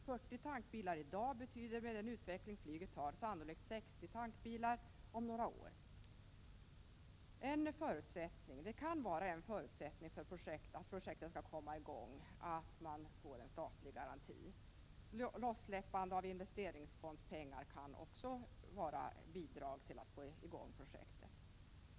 40 tankbilar i dag betyder med den utveckling flyget har sannolikt 60 tankbilar om några år. En förutsättning för att projektet skall komma i gång kan vara att man får en statlig garanti. Lossläppande av investeringsfondspengar kan också bidra till att få i gång projektet.